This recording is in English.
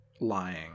lying